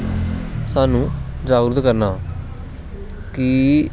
स्हानू जागरुक करना कि